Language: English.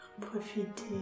profiter